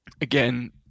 again